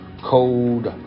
cold